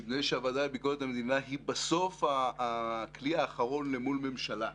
נדמה לי שהוועדה לביקורת המדינה היא בסוף היא הכלי האחרון למול הממשלה,